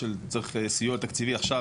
צריך סיוע תקציבי עכשיו,